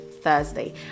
Thursday